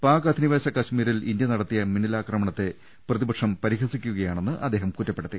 പാക് അധിനിവേശ കശ്മീരിൽ ഇന്ത്യ നടത്തിയ മിന്നലാക്രമണത്തെ പ്രതി പക്ഷം പരിഹസിക്കുകയാണെന്ന് അദ്ദേഹം കുറ്റപ്പെടുത്തി